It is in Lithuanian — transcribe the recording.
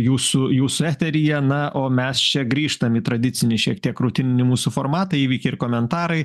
jūsų jūsų eteryje na o mes čia grįžtam į tradicinį šiek tiek rutininį mūsų formatą įvykiai ir komentarai